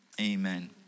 Amen